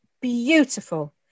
beautiful